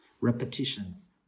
repetitions